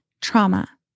trauma